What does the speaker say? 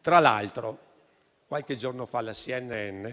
Tra l'altro, qualche giorno fa la CNN